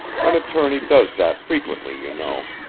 an attorney does that frequently, you know.